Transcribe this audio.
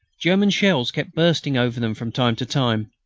german shells kept bursting over them from time to time.